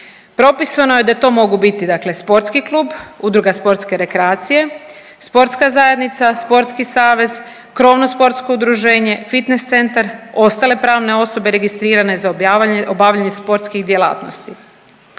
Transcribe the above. Propisano je da to mogu biti, dakle sportski klub, udruga sportske rekreacije, sportska zajednica, sportski savez, krovno sportsko udruženje, fitness centar, ostale pravne osobe registrirane za obavljanje sportskih djelatnosti.